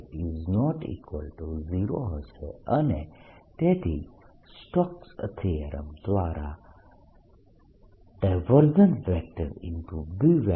dl ≠ 0 હશે અને તેથી સ્ટોક્સ થીયરમ દ્વારા B ≠ 0 હશે